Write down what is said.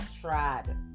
tried